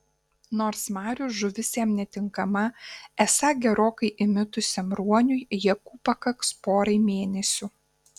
nors marių žuvis jam netinkama esą gerokai įmitusiam ruoniui jėgų pakaks porai mėnesių